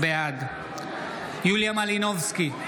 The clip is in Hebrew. בעד יוליה מלינובסקי,